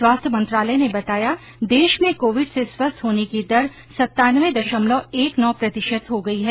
स्वास्थ्य मंत्रालय ने बताया देश में कोविड से स्वस्थ होने की दर सत्तानवे दशमलव एक नौ प्रतिशत हो गई है